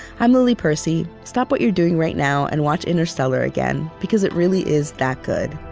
i'm lily percy. stop what you're doing right now and watch interstellar again, because it really is that good